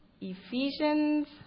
Ephesians